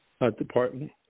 Department